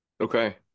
Okay